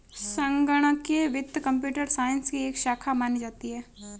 संगणकीय वित्त computer science की एक शाखा मानी जाती है